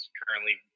currently